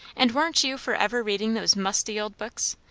and warn't you for ever reading those musty old books,